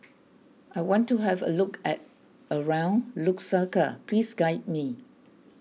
I want to have a look at around Lusaka please guide me